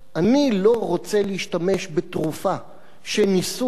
אני לא רוצה להשתמש בתרופה שניסו אותה על